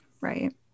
Right